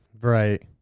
Right